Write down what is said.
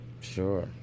Sure